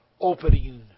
opening